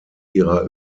ihrer